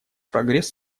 прогресс